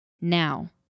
Now